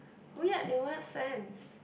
weird in what sense